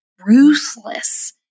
ruthless